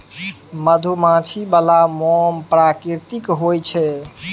मधुमाछी बला मोम प्राकृतिक होए छै